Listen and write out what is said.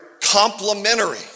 complementary